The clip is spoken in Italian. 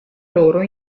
loro